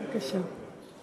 בבקשה.